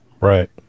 Right